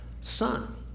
son